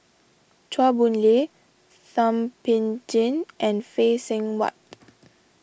Chua Boon Lay Thum Ping Tjin and Phay Seng Whatt